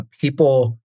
people